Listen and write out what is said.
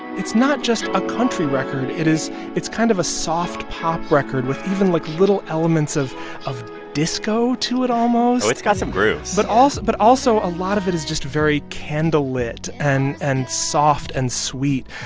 it's not just a country record. it is it's kind of a soft pop record with even, like, little elements of of disco to it almost oh, it's got some grooves but also, but a lot of it is just very candlelit and and soft and sweet.